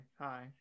Hi